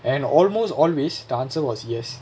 and almost always the answer was yes